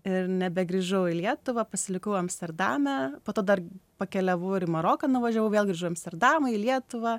ir nebegrįžau į lietuvą pasilikau amsterdame po to dar pakeliavau ir į maroką nuvažiavau vėl grįžau į amsterdamą į lietuvą